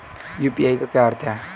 UPI का क्या अर्थ है?